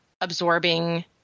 absorbing